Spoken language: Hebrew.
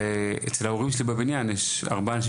אצל ההורים שלי בבניין יש ארבעה אנשים